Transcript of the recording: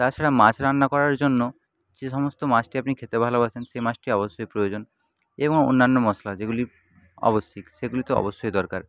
তা ছাড়া মাছ রান্না করার জন্য যে সমস্ত মাছটি আপনি খেতে ভালোবাসেন সেই মাছটি অবশ্যই প্রয়োজন এবং অন্যান্য মশলা যেগুলি আবশ্যিক সেগুলো তো অবশ্যই দরকার